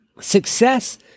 Success